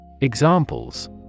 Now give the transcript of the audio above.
Examples